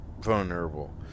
vulnerable